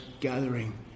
gathering